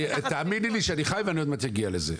תאמיני שאני חי ואני עוד מעט אגיע לזה.